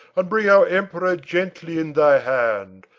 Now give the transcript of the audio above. and bring our emperor gently in thy hand,